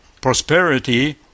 Prosperity